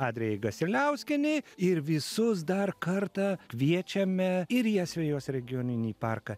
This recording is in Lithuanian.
adrijai gasiliauskienei ir visus dar kartą kviečiame ir į asvejos regioninį parką